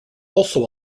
also